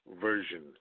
version